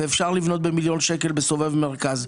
ואפשר לבנות במיליון שקלים בסובב מרכז.